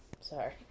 sorry